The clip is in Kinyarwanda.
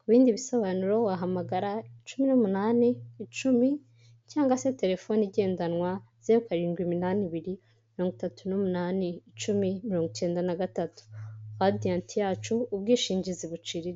ku bindi bisobanuro wahamagara cumi n'umunani icumi cyangwa se telefone igendanwa zeru karindwi iminani ibiri mirongo itatu n'umunani icumi mirongo icyenda na gatatu Radiyanti yacu ubwishingizi buciriritse.